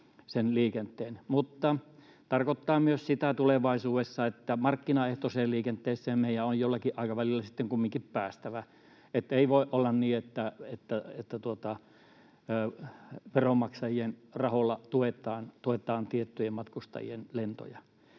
sen liikenteen. Se tarkoittaa tulevaisuudessa myös sitä, että markkinaehtoiseen liikenteeseen meidän on jollakin aikavälillä sitten kumminkin päästävä. Ei voi olla niin, että veronmaksajien rahoilla tuetaan tiettyjen matkustajien lentoja.